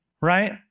Right